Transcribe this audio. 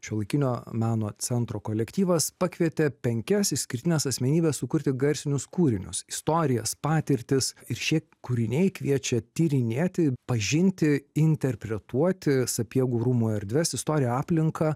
šiuolaikinio meno centro kolektyvas pakvietė penkias išskirtines asmenybes sukurti garsinius kūrinius istorijas patirtis ir šie kūriniai kviečia tyrinėti pažinti interpretuoti sapiegų rūmų erdves istoriją aplinką